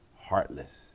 heartless